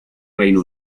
reino